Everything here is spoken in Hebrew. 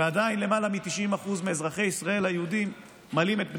ועדיין למעלה מ-90% מאזרחי ישראל היהודים מלים את בניהם.